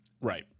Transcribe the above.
Right